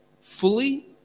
fully